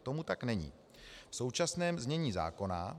Tomu tak není v současném znění zákona.